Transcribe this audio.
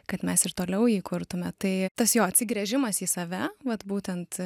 kad mes ir toliau jį kurtume tai tas jo atsigręžimas į save vat būtent